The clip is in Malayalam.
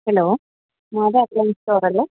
hello Mata appliances സ്റ്റോറല്ലേ